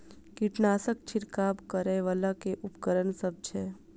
कीटनासक छिरकाब करै वला केँ उपकरण सब छै?